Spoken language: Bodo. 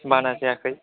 बाना जायाखै